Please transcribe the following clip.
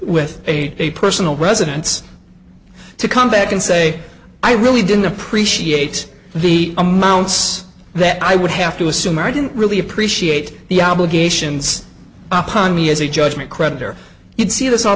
with a personal residence to come back and say i really didn't appreciate the amounts that i would have to assume or i didn't really appreciate the obligations upon me as a judgment creditor you'd see this all